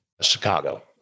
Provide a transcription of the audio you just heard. Chicago